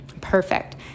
perfect